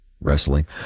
wrestling